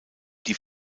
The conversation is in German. die